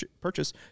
purchase